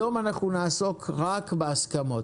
היום אנחנו נעסוק רק בהסכמות.